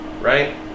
right